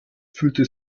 fühlte